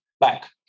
back